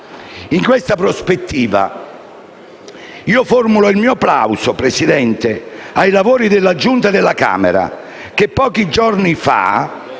In questa prospettiva formulo il mio plauso, signor Presidente, ai lavori della Giunta della Camera, che pochi giorni fa